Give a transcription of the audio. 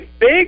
big